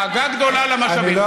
נחמן שי (המחנה הציוני): דאגה גדולה למשאבים.